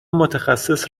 متخصص